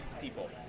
people